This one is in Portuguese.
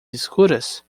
escuras